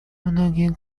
многие